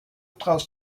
traust